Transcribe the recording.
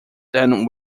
then